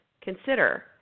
consider